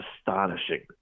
astonishing